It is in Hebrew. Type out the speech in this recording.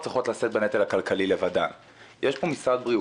שצריך להתייחס זה אומר שצריכות להיות לזה גם נגזרות ברמת סל